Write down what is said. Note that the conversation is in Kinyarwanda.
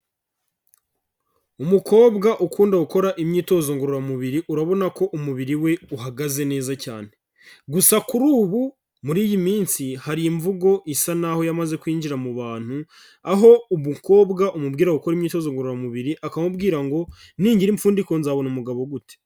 Umukobwa ukunda gukora imyitozo ngororamubiri urabona ko umubiri we uhagaze neza cyane. Gusa kuri ubu muri iyi minsi hari imvugo isa n'aho yamaze kwinjira mu bantu, aho umukobwa umubwira gukora imyitozo ngororamubiri akamubwira ngo ningira impfundiko nzabona umugabo gute.